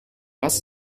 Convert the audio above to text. was